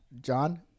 John